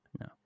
No